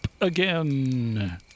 again